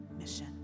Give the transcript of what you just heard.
mission